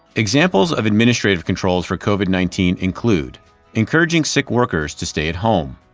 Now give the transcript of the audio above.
examples of administrative controls for covid nineteen include encouraging sick workers to stay at home